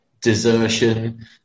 desertion